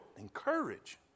encourage